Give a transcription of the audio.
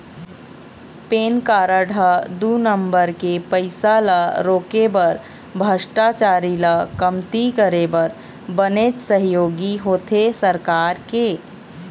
PAN card ह दू number के पइसा ल रोके बर भस्टाचारी ल कमती करे बर बनेच सहयोगी होथे सरकार के